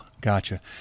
gotcha